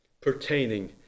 pertaining